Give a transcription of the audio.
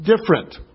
different